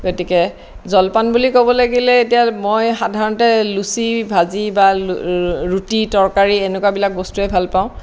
গতিকে জলপান বুলি ক'ব লাগিলে মই এতিয়া সাধাৰণতে লুচি ভাজি বা ৰুটি তৰকাৰি এনেকুৱাবিলাক বস্তুৱেই ভালপাওঁ